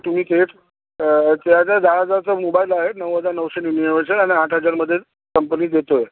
तुम्ही ते त्यात जर दहा हजारचा मोबाईल आहे नऊ हजार नऊशे निन्यानवेचा आणि आठ हजारमध्ये कंपनी देतोय